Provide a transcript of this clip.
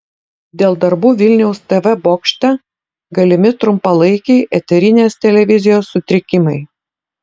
dėl darbų vilniaus tv bokšte galimi trumpalaikiai eterinės televizijos sutrikimai